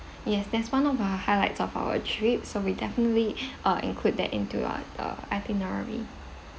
yes that's one of our highlights of our trip so we definitely uh include that into uh uh itinerary